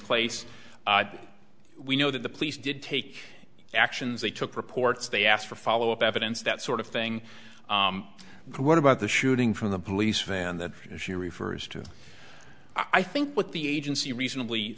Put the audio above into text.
clase we know that the police did take actions they took reports they asked for follow up evidence that sort of thing what about the shooting from the police van that she refers to i think what the agency reasonably